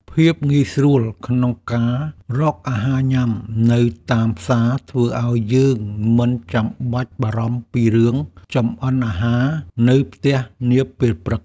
ភាពងាយស្រួលក្នុងការរកអាហារញ៉ាំនៅតាមផ្សារធ្វើឱ្យយើងមិនចាំបាច់បារម្ភពីរឿងចំអិនអាហារនៅផ្ទះនាពេលព្រឹក។